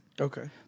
Okay